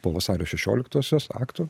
po vasario šešioliktosios akto